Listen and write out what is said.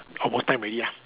almost time already ah